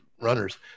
runners